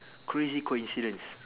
crazy coincidence